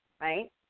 right